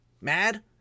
mad